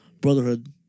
brotherhood